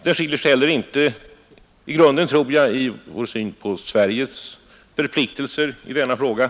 Vi skiljer oss heller inte i grunden, tror jag, i vår syn på Sveriges förpliktelser i denna fråga.